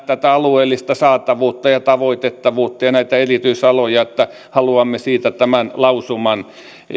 tätä alueellista saatavuutta ja tavoitettavuutta ja näitä erityisaloja että haluamme siitä tämän lausuman